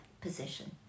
position